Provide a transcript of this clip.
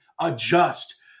adjust